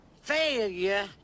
failure